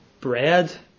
Bread